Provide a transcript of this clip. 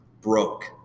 broke